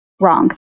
Wrong